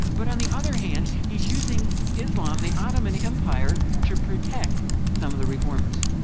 but on the other hand he's using islam, the ottoman empire, to protect some of the reformers.